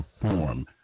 perform